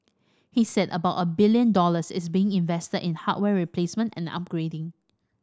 he said about a billion dollars is being invested in hardware replacement and upgrading